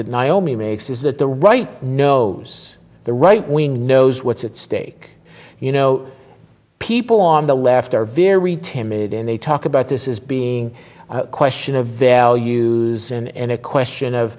makes is that the right no the right wing knows what's at stake you know people on the left are very timid and they talk about this is being a question a value and a question of